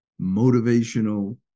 motivational